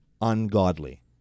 ungodly